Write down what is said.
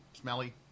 smelly